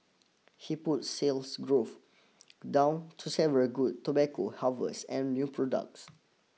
he put sales growth down to several good tobacco harvests and new products